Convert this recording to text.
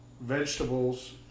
vegetables